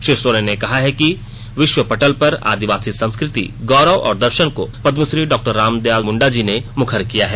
श्री सोरेन ने कहा है कि विश्व पटल पर आदिवासी संस्कृति गौरव और दर्शन को पदमश्री डॉक्टर रामदयाल मुंडा जी ने मुखर किया था